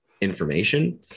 information